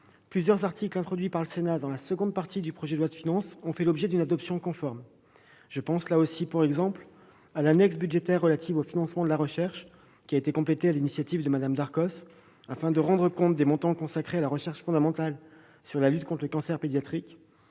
plusieurs articles introduits par le Sénat dans la seconde partie du projet de loi de finances ont fait l'objet d'une adoption conforme. Je pense, par exemple, à l'annexe budgétaire relative au financement de la recherche, qui a été complétée sur l'initiative de Mme Darcos afin de rendre compte des montants consacrés à la recherche fondamentale sur la lutte contre le cancer pédiatrique.